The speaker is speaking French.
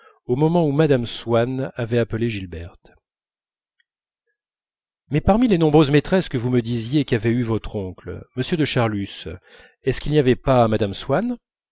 au moment où mme swann avait appelé gilberte mais parmi les nombreuses maîtresses que vous me disiez qu'avait eues votre oncle m de charlus est-ce qu'il n'y avait pas madame